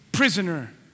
Prisoner